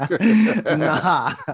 Nah